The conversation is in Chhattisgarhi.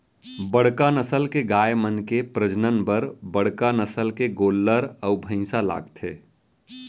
बड़का नसल के गाय मन के प्रजनन बर बड़का नसल के गोल्लर अउ भईंसा लागथे